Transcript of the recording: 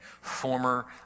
former